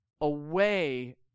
away